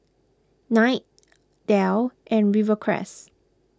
Knight Dell and Rivercrest